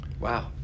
Wow